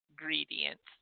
ingredients